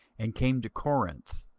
and came to corinth